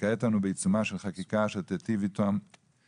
וכעת אנו בעיצומה של חקיקה שתיטיב עם אותם גיבורים,